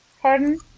pardon